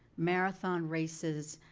marathon races,